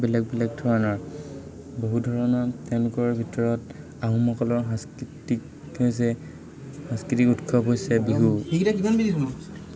বেলেগ বেলেগ ধৰণৰ বহু ধৰণৰ তেওঁলোকৰ ভিতৰত আহোমসকলৰ সাংস্কৃতিক হৈছে সাংস্কৃতিক উৎসৱ হৈছে বিহু